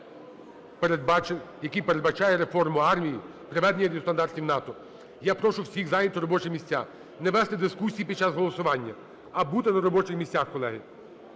який передбачає реформу армії – приведення до стандартів НАТО. Я прошу всіх зайняти робочі місця, не вести дискусій під час голосування, а бути на робочих місцях, колеги.